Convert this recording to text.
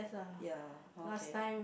ya okay